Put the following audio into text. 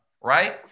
right